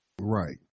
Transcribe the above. Right